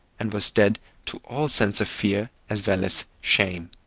and was dead to all sense of fear as well as shame.